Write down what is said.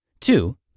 Two